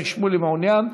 איציק שמולי, מעוניין?